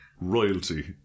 royalty